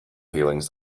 feelings